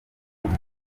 nka